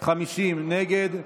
50 נגד,